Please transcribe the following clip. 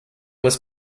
was